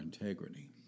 integrity